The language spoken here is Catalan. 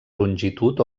longitud